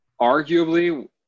arguably